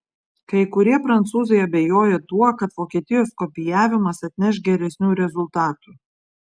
kai kurie prancūzai abejoja tuo kad vokietijos kopijavimas atneš geresnių rezultatų